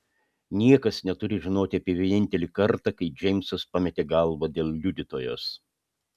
niekas neturi žinoti apie vienintelį kartą kai džeimsas pametė galvą dėl liudytojos